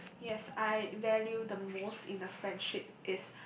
yes I value the most in a friendship is